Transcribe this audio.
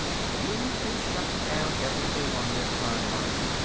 you can shut down everything on this time-line,